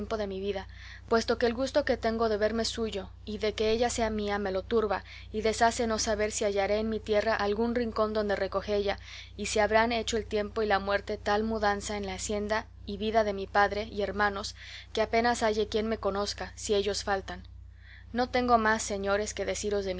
de mi vida puesto que el gusto que tengo de verme suyo y de que ella sea mía me lo turba y deshace no saber si hallaré en mi tierra algún rincón donde recogella y si habrán hecho el tiempo y la muerte tal mudanza en la hacienda y vida de mi padre y hermanos que apenas halle quien me conozca si ellos faltan no tengo más señores que deciros